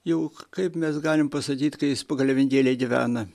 juk kaip mes galim pasakyt ka jis pagal evangeliją gyvena